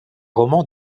romans